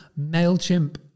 MailChimp